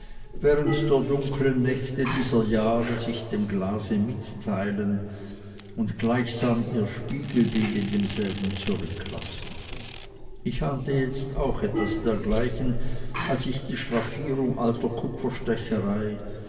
während der dunklen nächte dieser jahre sich dem glase mitteilen und gleichsam ihr spiegelbild in demselben zurücklassen ich ahnte jetzt auch etwas dergleichen als ich die schrafierung alter